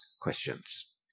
questions